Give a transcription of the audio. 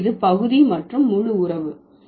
எனவே இது பகுதி மற்றும் முழு உறவு